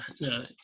no